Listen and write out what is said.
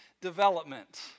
development